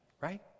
Right